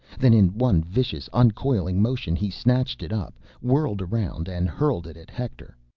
then in one vicious uncoiling motion he snatched it up, whirled around, and hurled it at hector.